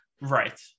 Right